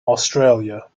australia